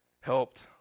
helped